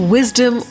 Wisdom